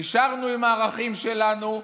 נשארנו עם הערכים שלנו.